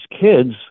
kids